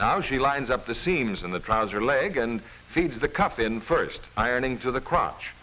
now she lines up the seams in the trouser leg and feeds the cuff in first ironing to the crotch